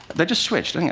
they just switched. and